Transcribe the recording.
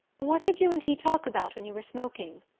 what did you and he talk about when you were smoking?